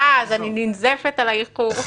אה, אז אני ננזפת על האיחור.